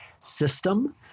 system